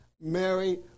Mary